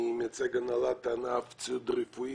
אני מייצג את הנהלת הענף של ציוד רפואי